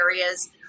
areas